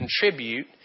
contribute